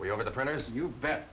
we over the printers you bet